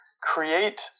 create